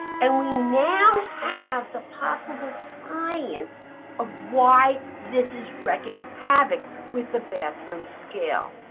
and we now have the possible science of why this is wreaking havoc with the bathroom scale.